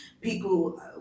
people